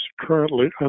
currently